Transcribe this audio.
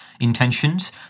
intentions